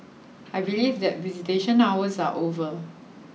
I believe that visitation hours are over